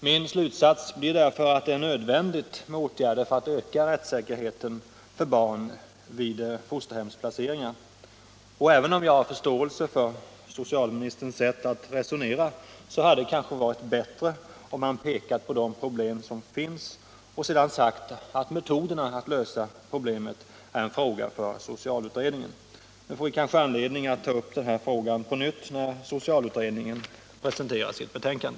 Min slutsats blir därför att det vid fosterhemsplaceringar är nödvändigt med åtgärder för att öka rättssäkerheten för barn. Även om jag har förståelse för socialministerns sätt att resonera hade det kanske varit bättre, om han pekat på de problem som finns och sedan sagt att metoderna att lösa dem är en fråga för socialutredningen. Nu får vi kanske anledning att ta upp saken på nytt när socialutredningen presenterat sitt betänkande.